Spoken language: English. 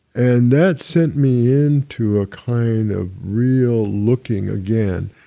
and that sent me in to a kind of real looking again,